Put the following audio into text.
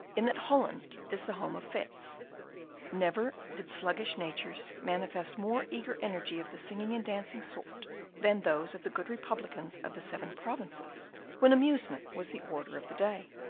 in that holland is the home of fetes never did sluggish natures manifest more eager energy of the singing and dancing sort than those of the good republicans of the seven provinces when amusement was the order of the day.